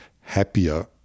happier